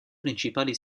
principali